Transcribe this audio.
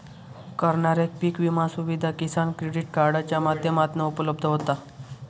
करणाऱ्याक पीक विमा सुविधा किसान क्रेडीट कार्डाच्या माध्यमातना उपलब्ध होता